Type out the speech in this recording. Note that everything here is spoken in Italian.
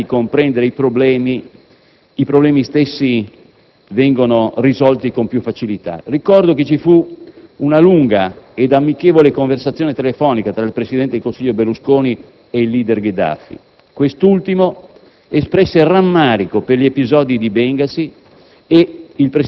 capacità di comprendere i problemi, questi vengono risolti con più facilità), ci fu una lunga ed amichevole conversazione telefonica tra il presidente del Consiglio Berlusconi, e il *leader* Gheddafi: quest'ultimo espresse rammarico per gli episodi di Bengasi